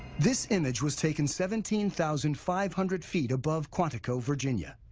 this image was taken seventeen thousand five hundred feet above quantico, virginia,